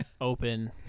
open